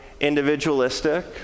individualistic